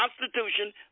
Constitution